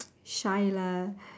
shy lah